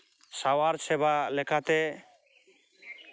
ᱥᱟᱶᱟᱨ ᱥᱮᱵᱟ ᱞᱮᱠᱟᱛᱮ